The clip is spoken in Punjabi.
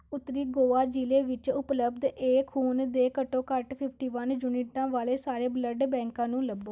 ਉੱਤਰੀ ਗੋਆ ਜ਼ਿਲ੍ਹੇ ਵਿੱਚ ਉਪਲਬਧ ਏ ਖੂਨ ਦੇ ਘੱਟੋ ਘੱਟ ਫਿਫਟੀ ਵਨ ਯੂਨਿਟਾਂ ਵਾਲੇ ਸਾਰੇ ਬਲੱਡ ਬੈਂਕਾਂ ਨੂੰ ਲੱਭੋ